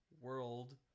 world